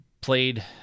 played